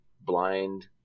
blind